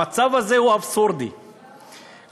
המצב הזה הוא אבסורדי, למה?